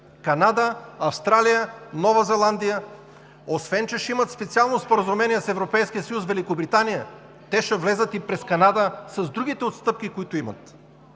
Канада, Австралия, Нова Зеландия, освен че ще имат специално споразумение с Европейския съюз – Великобритания, те ще влязат през Канада с другите отстъпки, които имат.